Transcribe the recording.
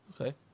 Okay